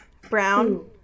Brown